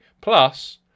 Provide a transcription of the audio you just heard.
Plus